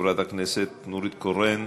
חברת הכנסת נורית קורן.